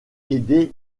aidé